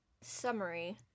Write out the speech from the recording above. summary